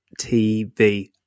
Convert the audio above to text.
TV